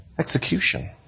Execution